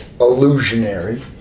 illusionary